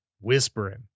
whispering